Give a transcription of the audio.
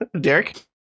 Derek